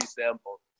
sample